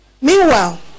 meanwhile